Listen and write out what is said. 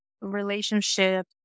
relationship